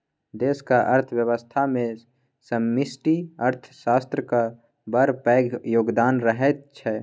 देशक अर्थव्यवस्थामे समष्टि अर्थशास्त्रक बड़ पैघ योगदान रहैत छै